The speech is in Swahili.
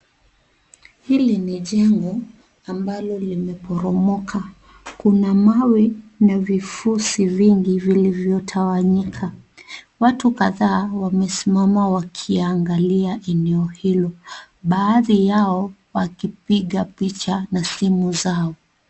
Hili ni jengo ambalo limeporomoka. Kuna mawe na vifuzi vingi vilivyotawanyika. Watu kadhaa wamesimama wakiangalia eneo hilo, baadhi yao wakipiga picha na simu zao.